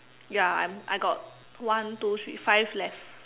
ya I'm I got one two three five left